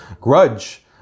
grudge